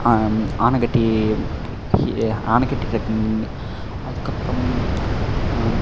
Anaikatti Anaikatti trekking அதுக்கப்புறம்